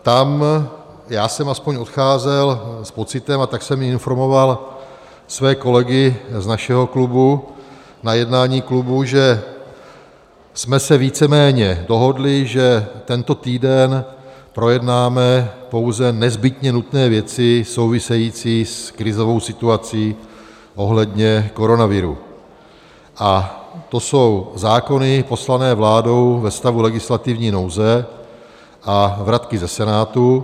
Tam já jsem aspoň odcházel s pocitem, a tak jsem i informoval své kolegy z našeho klubu na jednání klubu, že jsme se víceméně dohodli, že tento týden projednáme pouze nezbytně nutné věci související s krizovou situací ohledně koronaviru, a to jsou zákony poslané vládou ve stavu legislativní nouze a vratky ze Senátu.